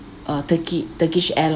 uh turkey turkish arlines